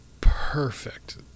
perfect